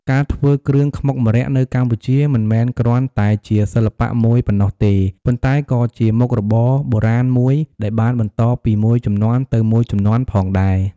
ការធ្វើគ្រឿងខ្មុកម្រ័ក្សណ៍៍នៅកម្ពុជាមិនមែនគ្រាន់តែជាសិល្បៈមួយប៉ុណ្ណោះទេ ប៉ុន្តែក៏ជាមុខរបរបុរាណមួយដែលបានបន្តពីមួយជំនាន់ទៅមួយជំនាន់ផងដែរ។